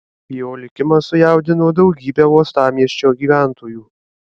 jo likimas sujaudino daugybę uostamiesčio gyventojų